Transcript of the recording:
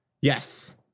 Yes